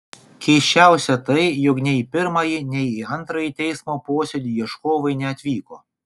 keisčiausia tai jog nei į pirmąjį nei į antrąjį teismo posėdį ieškovai neatvyko